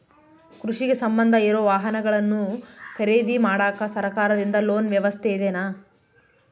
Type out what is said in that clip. ಕೃಷಿಗೆ ಸಂಬಂಧ ಇರೊ ವಾಹನಗಳನ್ನು ಖರೇದಿ ಮಾಡಾಕ ಸರಕಾರದಿಂದ ಲೋನ್ ವ್ಯವಸ್ಥೆ ಇದೆನಾ?